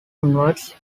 onwards